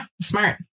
smart